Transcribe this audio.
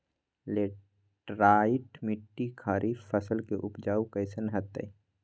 Laterite मिट्टी खरीफ फसल के उपज कईसन हतय?